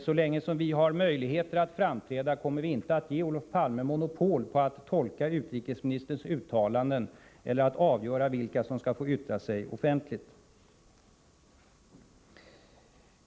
Så länge vi har möjlighet att framträda kommer vi inte att ge Olof Palme monopol på att tolka utrikesministerns uttalanden eller att avgöra vilka som skall få yttra sig offentligt.